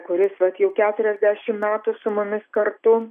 kuris vat jau keturiasdešim metų su mumis kartu